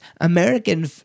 American